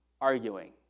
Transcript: arguing